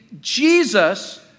Jesus